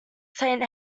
saint